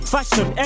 Fashion